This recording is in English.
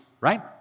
right